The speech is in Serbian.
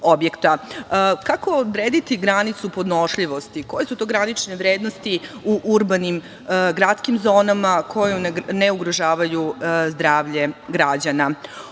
Kako odrediti granicu podnošljivosti? Koje su to granične vrednosti u urbanim gradskim zonama koje ne ugrožavaju zdravlje građana?O